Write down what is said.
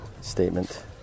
statement